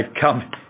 come